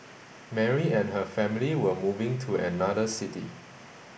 Mary and her family were moving to another city